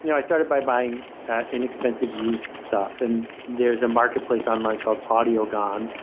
you know i started by buying inexpensive, used stuff. and there's a marketplace online called audio gon,